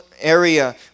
area